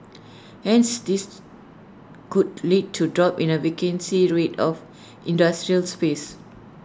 hence this could lead to drop in the vacancy rate of industrial space